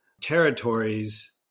territories